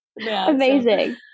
amazing